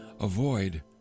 Avoid